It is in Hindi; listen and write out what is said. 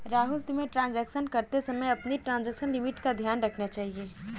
राहुल, तुम्हें ट्रांजेक्शन करते समय अपनी ट्रांजेक्शन लिमिट का ध्यान रखना चाहिए